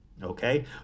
Okay